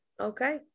okay